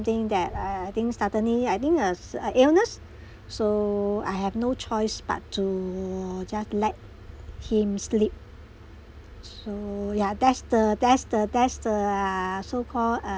something that I I think suddenly I think uh s~ uh illness so I have no choice but to just let him sleep so ya that's the that's the that's the ah so call